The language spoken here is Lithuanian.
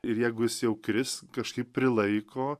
ir jeigu jis jau kris kažkaip prilaiko